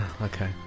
Okay